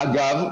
אגב,